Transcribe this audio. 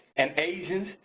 and asians,